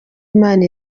imana